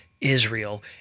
Israel